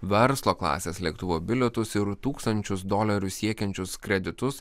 verslo klasės lėktuvo bilietus ir tūkstančius dolerių siekiančius kreditus